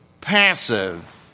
Passive